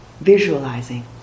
visualizing